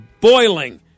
boiling